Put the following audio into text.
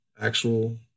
actual